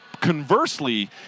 Conversely